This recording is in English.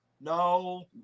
no